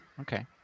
Okay